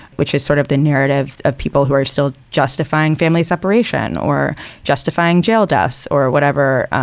which is sort of the narrative of people who are still justifying family separation or justifying jail does or whatever.